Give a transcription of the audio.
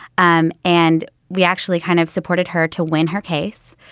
um and we actually kind of supported her to win her case.